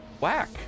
Whack